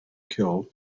kill